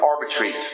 arbitrate